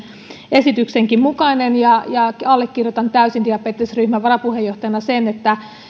esityksenkin mukainen allekirjoitan diabetesryhmän varapuheenjohtajana täysin sen että